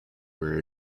were